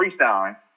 freestyling